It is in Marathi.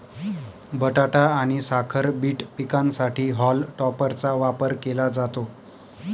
बटाटा आणि साखर बीट पिकांसाठी हॉल टॉपरचा वापर केला जातो